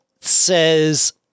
says